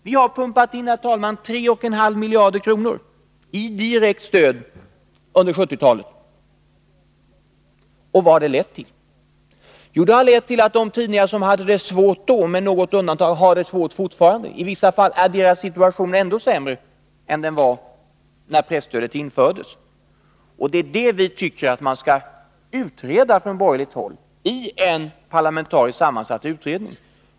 Vi har, herr talman, pumpatin 3,5 miljarder kronor i direkt stöd under 1970-talet. Vad har det lett till? Jo, det har lett till att de tidningar som hade det svårt då med något undantag fortfarande har det svårt. I vissa fall är deras situation nu ännu sämre än då presstödet infördes. Det är detta som vi från borgerligt håll tycker att man skall utreda i en parlamentariskt sammansatt utredning.